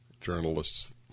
Journalists